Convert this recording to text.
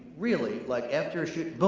really, like after a shoot, but